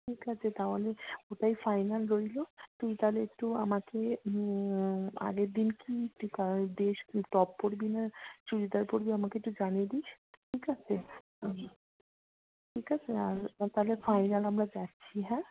ঠিক আছে তাহলে ওটাই ফাইনাল রইলো তুই তাহলে একটু আমাকে আগের দিন কি কী কালারের ড্রেস তুই টপ পরবি না চুড়িদার পরবি আমাকে একটু জানিয়ে দিস ঠিক আছে ঠিক আছে আর তাহলে ফাইনাল আমরা যাচ্ছি হ্যাঁ